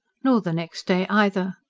nor the next day either.